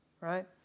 right